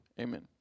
Amen